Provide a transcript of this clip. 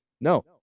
No